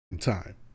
time